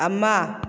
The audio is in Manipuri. ꯑꯃ